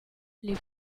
les